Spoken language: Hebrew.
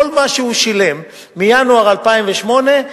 כל מה שהוא שילם מינואר 2008,